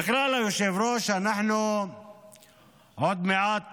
בכלל, היושב-ראש, עוד מעט